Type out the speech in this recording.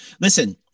Listen